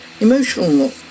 Emotional